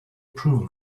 approval